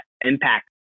impact